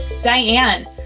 Diane